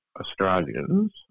Australians